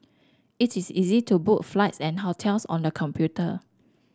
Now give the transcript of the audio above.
it is easy to book flights and hotels on the computer